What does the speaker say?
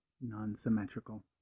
non-symmetrical